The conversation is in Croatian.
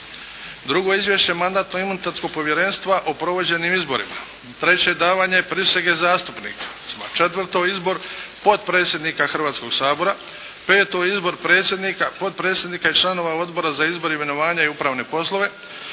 Drugo, izvješće Mandatno-imunitetskog povjerenstva o provođenim izborima. Treće, davanje prisege zastupnika. Četvrto, izbor potpredsjednika Hrvatskog sabora. Peto, izbor predsjednika, potpredsjednika i članova Odbora za izbor, imenovanje i upravne poslove.